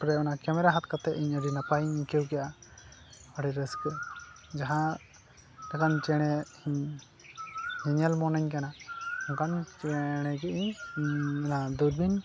ᱛᱟᱯᱚᱨᱮ ᱚᱱᱟ ᱠᱮᱢᱮᱨᱟ ᱦᱟᱛ ᱠᱟᱛᱮᱫ ᱤᱧ ᱟᱹᱰᱤ ᱱᱟᱯᱟᱭᱤᱧ ᱟᱹᱭᱠᱟᱹᱣ ᱠᱮᱫᱼᱟ ᱟᱹᱰᱤ ᱨᱟᱹᱥᱠᱟᱹ ᱡᱟᱦᱟᱸ ᱞᱮᱠᱟᱱ ᱪᱮᱬᱮ ᱧᱮᱧᱮᱞ ᱢᱚᱱᱮᱧ ᱠᱟᱱᱟ ᱚᱱᱠᱟᱱ ᱪᱮᱬᱮ ᱜᱮ ᱤᱧ ᱫᱩᱨᱵᱤᱱ